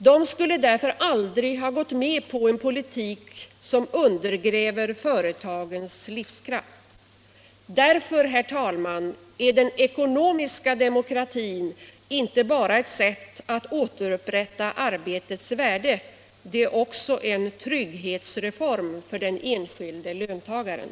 De skulle därför aldrig ha gått med på en politik som undergräver företagens livskraft. Därför, herr talman, är den ekonomiska demokratin inte bara ett sätt att återupprätta arbetets värde. Den är också en trygghetsreform för den enskilde löntagaren.